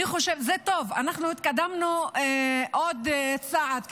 אני חושבת שזה טוב, התקדמנו עוד צעד.